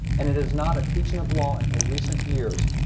and it is not a teaching of law until recent years.